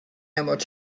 emerald